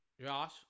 Josh